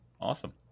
Awesome